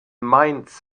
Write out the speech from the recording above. mainz